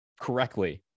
correctly